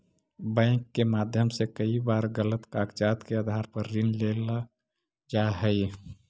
bank के माध्यम से कई बार गलत कागजात के आधार पर ऋण लेल जा हइ